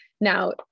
Now